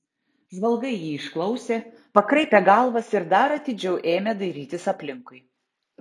žvalgai jį išklausė pakraipė galvas ir dar atidžiau ėmė dairytis aplinkui